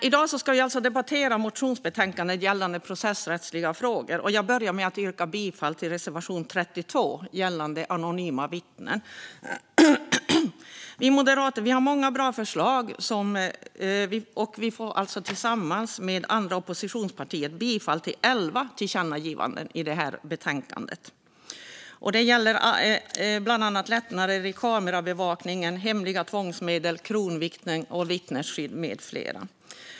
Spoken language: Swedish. I dag ska vi alltså debattera motionsbetänkandet gällande processrättsliga frågor. Jag börjar med att yrka bifall till reservation 32 gällande anonyma vittnen. Vi moderater har många bra förslag, och vi får tillsammans med andra oppositionspartier bifall till elva tillkännagivanden i detta betänkande. Det gäller bland annat lättnader i kameraövervakning, hemliga tvångsmedel, kronvittnen, vittnesskydd med mera.